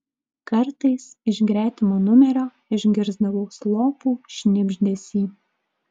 kartais iš gretimo numerio išgirsdavau slopų šnibždesį